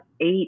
eight